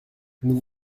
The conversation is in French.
nous